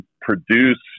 produce